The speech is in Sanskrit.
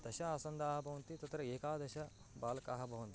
दश आसन्दाः भवन्ति तत्र एकादश बालकाः भवन्ति